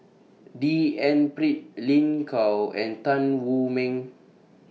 D N Pritt Lin Gao and Tan Wu Meng